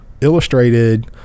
illustrated